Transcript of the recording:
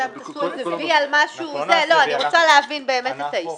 אני רוצה להבין באמת את היישום.